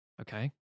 okay